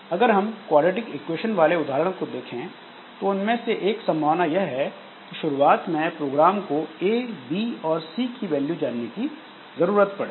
अगर हम quadratic equation वाले उदाहरण को देखें तो उनमें से एक संभावना यह है कि शुरुआत में प्रोग्राम को ए बी और सी की वैल्यू जानने की जरूरत पड़े